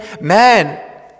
man